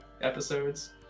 episodes